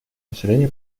населения